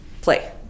play